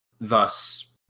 thus